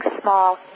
small